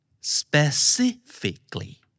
specifically